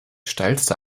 steilste